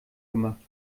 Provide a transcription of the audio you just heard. gemacht